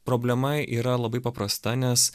problema yra labai paprasta nes